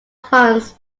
funds